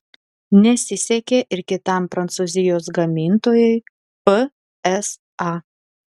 nesisekė ir kitam prancūzijos gamintojui psa